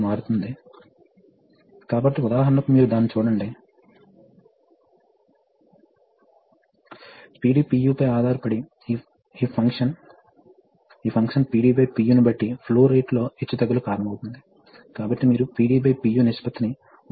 ReferSlideTime2336 కాబట్టి ఇది మనము సాధించినది మనము ఒక సీక్వెన్స్ సాధించాము కాబట్టి ఇవి కొన్ని సర్క్యూట్లు మరియు ఈ పాఠంలో మనం చూసినవి